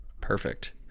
perfect